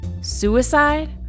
Suicide